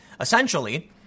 essentially